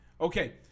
Okay